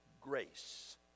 grace